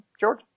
George